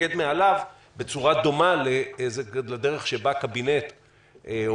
מתפקד מעליו בצורה דומה לדרך שבה קבינט או